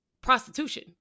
prostitution